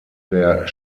der